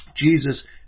Jesus